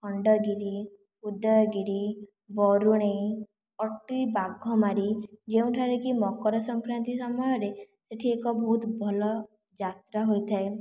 ଖଣ୍ଡଗିରି ଉଦୟଗିରି ବରୁଣେଇ ଅଟ୍ରି ବାଘମାରି ଯେଉଁଠାରେ କି ମକରସଂକ୍ରାନ୍ତି ସମୟରେ ସେଠି ଏକ ବହୁତ ଭଲ ଯାତ୍ରା ହୋଇଥାଏ